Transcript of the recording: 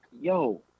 yo